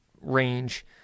range